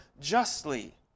justly